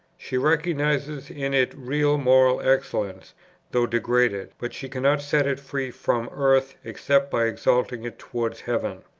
she recognizes in it real moral excellence though degraded, but she cannot set it free from earth except by exalting it towards heaven.